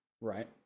right